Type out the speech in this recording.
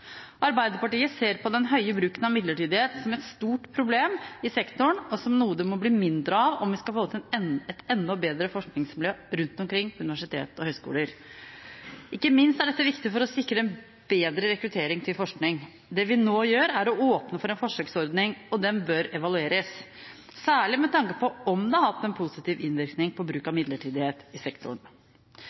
Arbeiderpartiet ser på den høye bruken av midlertidighet som et stort problem i sektoren og som noe det må bli mindre av om vi skal få til enda bedre forskningsmiljø rundt omkring på universitet og høyskoler. Ikke minst er dette viktig for å sikre en bedre rekruttering til forskning. Det vi nå gjør, er å åpne for en forsøksordning, og den bør evalueres, særlig med tanke på om det har hatt en positiv innvirkning på bruk av midlertidighet i sektoren.